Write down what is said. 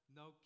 no